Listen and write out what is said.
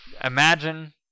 Imagine